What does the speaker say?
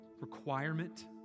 requirement